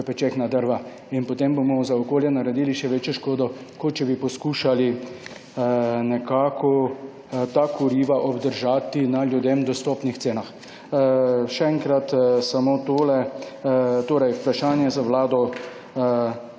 pečeh na drva. In potem bomo okolju naredili še večjo škodo, kot če bi poskušali nekako ta kuriva obdržati na ljudem dostopnih cenah. Samo še vprašanje za vlado: